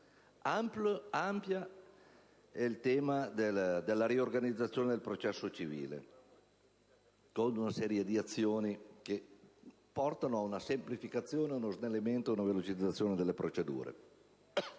capitolo in tema di riorganizzazione del processo civile, con una serie di interventi che portano a una semplificazione, a uno snellimento e a una velocizzazione delle procedure.